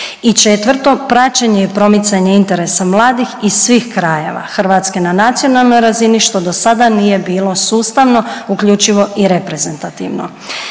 četvrto, praćenje i promicanje interesa mladih iz svih krajeva Hrvatske na nacionalnoj razini što do sada nije bilo sustavno, uključivo i reprezentativno.